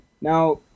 now